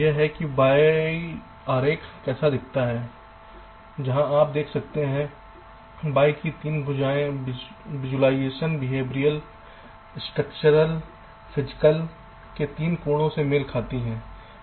यह है कि वाई आरेख कैसा दिखता है जहां आप देख सकते हैं कि वाई के 3 भुजाएं विजुलाइजेशन बिहेवरियल स्ट्रक्चरल फिजिकल के 3 कोणों से मेल खाती हैं